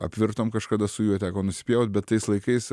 apvirtom kažkada su juo teko nusipjaut bet tais laikais